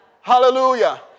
Hallelujah